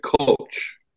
coach